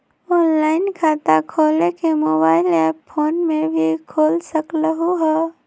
Online खाता खोले के मोबाइल ऐप फोन में भी खोल सकलहु ह?